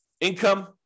Income